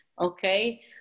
okay